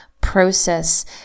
process